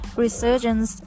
resurgence